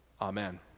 Amen